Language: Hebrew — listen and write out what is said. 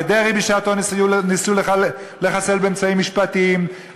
דרעי בשעתו ניסו לחסל באמצעים משפטיים.